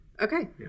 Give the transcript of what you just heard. Okay